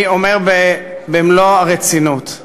אני אומר במלוא הרצינות,